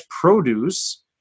produce